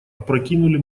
опрокинули